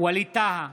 ווליד טאהא,